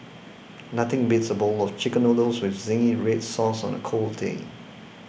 nothing beats a bowl of Chicken Noodles with Zingy Red Sauce on a cold day